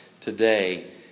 today